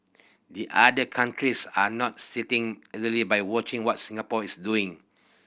the other countries are not sitting idly by watching what Singapore is doing